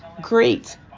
great